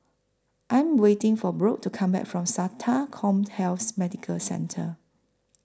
I Am waiting For Brock to Come Back from Sata Commhealth Medical Centre